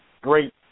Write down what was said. Great